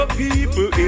people